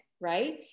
right